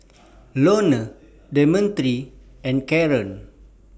Lorne Demetri and Karon